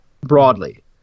broadly